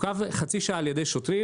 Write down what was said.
עוכב לחצי שעה על ידי שוטרים.